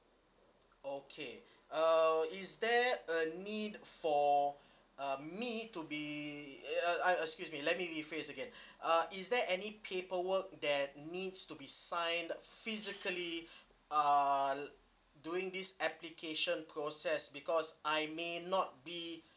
okay uh is there a need for uh me to be uh ah excuse me let me rephrase again ah is there any paperwork that needs to be signed physically uh during this application process because I may not be